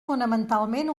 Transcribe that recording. fonamentalment